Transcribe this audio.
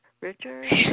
Richard